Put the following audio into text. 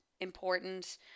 important